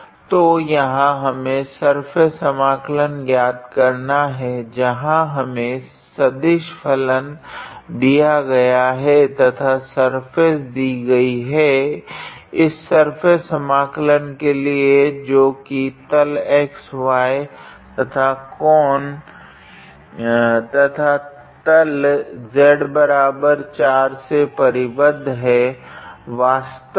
तो यहाँ हमें सर्फेस समाकलन ज्ञात करना है जहाँ हमें सदिश फलन दिया गया है तथा सर्फेस दी गई है इस सर्फेस समाकलन के लिए जो की तल xy तथा कोन तथा तल z4 से परिबद्ध है वास्तव में